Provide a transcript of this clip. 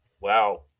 Wow